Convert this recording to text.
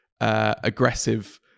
aggressive